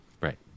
Right